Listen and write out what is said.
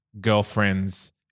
girlfriend's